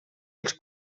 els